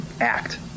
act